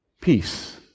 Peace